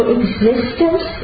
existence